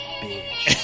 bitch